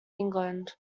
england